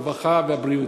הרווחה והבריאות.